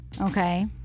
Okay